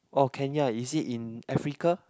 oh Kenya is it in Africa